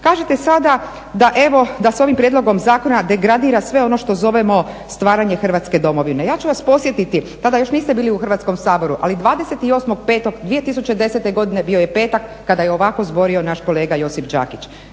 da evo, da se ovim Prijedlogom zakona degradira sve ono što zovemo stvaranje Hrvatske domovine. Ja ću vas podsjetiti, tada još niste bili u Hrvatskom saboru, ali 28.05.2010. godine bio je petak kada je ovako zborio naš kolega, Josip Đakić.